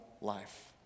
life